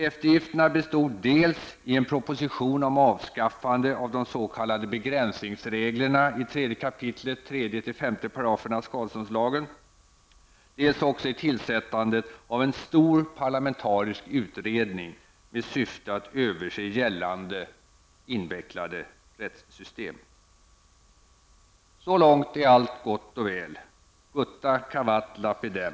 Eftergifterna bestod dels i en proposition om avskaffande av de s.k. skadeståndslagen, dels också i tillsättande av en stor parlamentarisk utredning med syfte att överse gällande, invecklade rättssystem. Så långt är allt gott och väl: Gutta cavat lapidem.